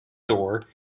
door